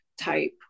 type